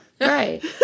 Right